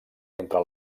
entre